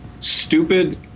stupid